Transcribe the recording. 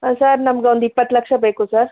sir ನಮಗೊಂದು ಇಪ್ಪತ್ತು ಲಕ್ಷ ಬೇಕು ಸರ್